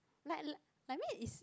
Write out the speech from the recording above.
like li~ I mean is